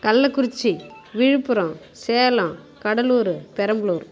Kallakurichi Viluppuram Salem Cuddalore Perambalur